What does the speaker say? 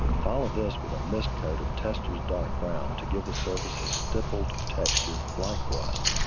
all of this with a mist coat of testor's dark brown to give the surface a stippled texture like rust.